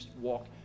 walk